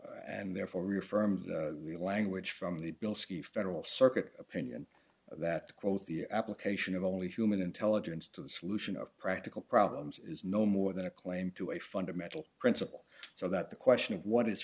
and therefore reaffirmed the language from the bilski federal circuit opinion that quote the application of only human intelligence to the solution of practical problems is no more than a claim to a fundamental principle so that the question of what is